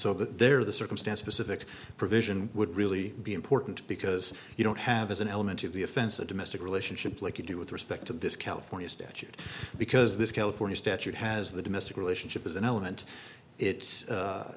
so that there the circumstance pacific provision would really be important because you don't have as an element of the offense a domestic relationship like you do with respect to this california statute because this california statute has the domestic relationship is an element